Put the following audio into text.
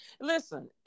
listen